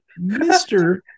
mr